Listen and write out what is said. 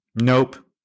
Nope